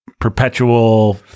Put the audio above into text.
perpetual